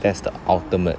that's the ultimate